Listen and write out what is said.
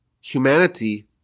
humanity